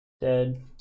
dead